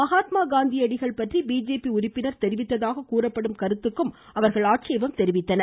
மகாத்மா காந்தியடிகள் பற்றி பிஜேபி உறுப்பினர் தெரிவித்ததாக கூறப்படும் கருத்துக்கும் அவர்கள் ஆட்சேபம் தெரிவித்தனர்